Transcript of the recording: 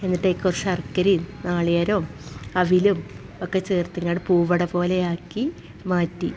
എന്നിട്ടേ കുറച്ച് ശർക്കരയും നാളികേരവും അവിലും ഒക്കെ ചേർത്ത്ങ്ങാണ്ട് പൂവട പോലെയാക്കി മാറ്റി